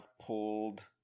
pulled